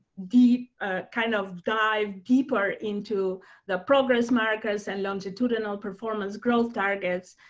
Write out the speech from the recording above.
deep kind of dive deeper into the progress markers and longitudinal performance growth targets.